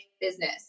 business